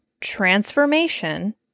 transformation